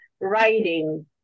writing